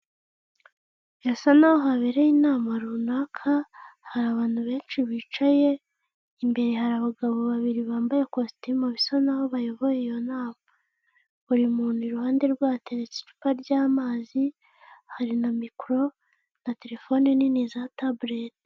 Birasa n'aho habereye inama runaka hari abantu benshi bicaye, imbere hari abagabo babiri bambaye ikositimu bisa naho bayoboye iyo nama, buri muntu iruhande rwa hatetse icupa ry'amazi, hari na mikoro na telefone nini za tabureti.